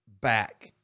back